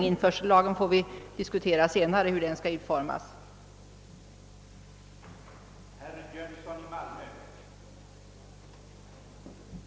Hur införsellagen skall utformas får vi diskutera senare.